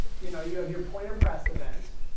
you know you have your pointer pressed event.